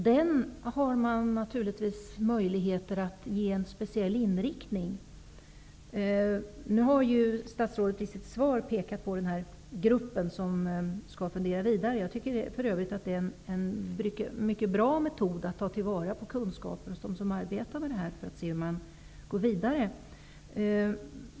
Den har man naturligtvis möjligheter att ge en speciell inriktning. Statsrådet har i sitt svar pekat på gruppen som skall fundera vidare. Jag tycker för övrigt att det är en mycket bra metod att ta vara på kunskaper hos dem som arbetar med barn, för att se hur man sedan kan gå vidare.